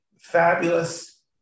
fabulous